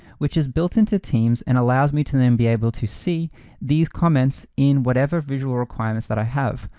which is built into teams and allows me to then be able to see these comments in whatever visual requirements that i have.